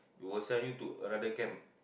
we will send you to another camp